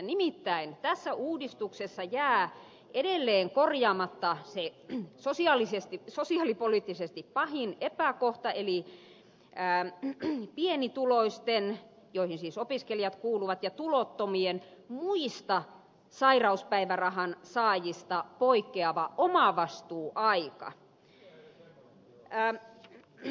nimittäin tässä uudistuksessa jää edelleen korjaamatta se sosiaalipoliittisesti pahin epäkohta eli pienituloisten joihin siis opiskelijat kuuluvat ja tulottomien muista sairauspäivärahan saajista poikkeava omavastuuaika